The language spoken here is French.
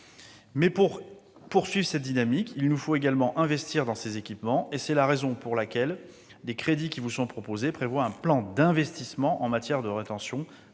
Mais, pour poursuivre cette dynamique, il nous faut également investir dans ces équipements, et c'est la raison pour laquelle les crédits qui vous sont proposés prévoient un plan d'investissement en matière de rétention d'un